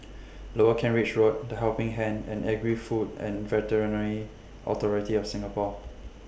Lower Kent Ridge Road The Helping Hand and Agri Food and Veterinary Authority of Singapore